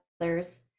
others